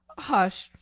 hush,